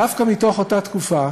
דווקא מתוך אותה תקופה,